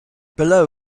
below